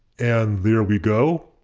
and there we go.